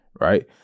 right